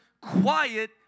quiet